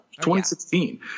2016